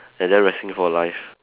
and then resting for life